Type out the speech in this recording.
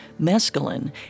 mescaline